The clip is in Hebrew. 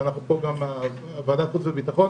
ואנחנו פה גם ועדת החוץ והביטחון